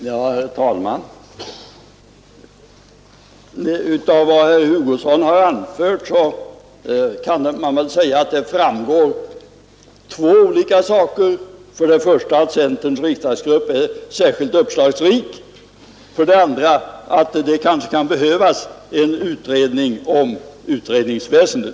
Herr talman! Av vad herr Hugosson anfört framgår två saker: För det första att centerpartiets riksdagsgrupp är särskilt uppslagsrik, för det andra att det kanske kan behövas en utredning om utredningsväsendet.